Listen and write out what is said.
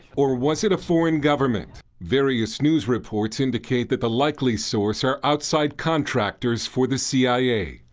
or was it a foreign government? various news reports indicate that the likely source are outside contractors for the c i a.